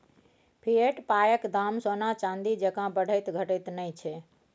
fiat पायक दाम सोना चानी जेंका बढ़ैत घटैत नहि छै